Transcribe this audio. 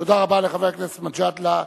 תודה רבה לחבר הכנסת מג'אדלה.